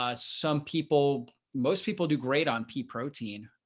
ah some people most people do great on pea protein.